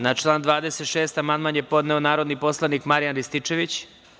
Na član 26. amandman je podneo narodni poslanik Marijan Rističević.